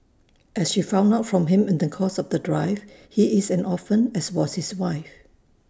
as she found out from him in the course of the drive he is an orphan as was his wife